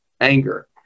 anger